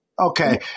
Okay